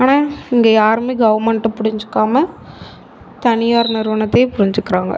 ஆனால் இங்கே யாருமே கவர்மெண்ட்டை புரிஞ்சிக்காமல் தனியார் நிறுவனத்தையே புரிஞ்சிக்கிறாங்க